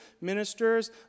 ministers